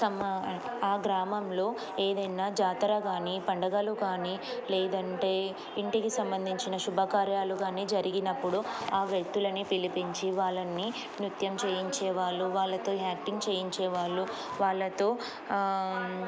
తమ ఆ గ్రామంలో ఏదైనా జాతర కాని పండగలు కానీ లేదంటే ఇంటికి సంబంధించిన శుభకార్యాలు కానీ జరిగినప్పుడు ఆ వ్యక్తులని పిలిపించి వాళ్ళని నృత్యం చేయించేవాళ్ళు వాళ్ళతో యాక్టింగ్ చేయించేవాళ్ళు వాళ్లతో